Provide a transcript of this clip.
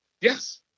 yes